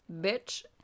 bitch